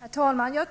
Herr talman!